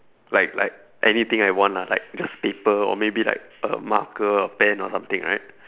like like anything I want lah like just paper or maybe like a marker a pen or something right